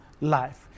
life